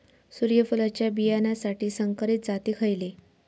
सूर्यफुलाच्या बियानासाठी संकरित जाती खयले?